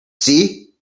see